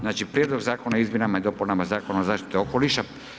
Znači, prijedlog Zakona o izmjenama i dopunama Zakona o zaštiti okoliša.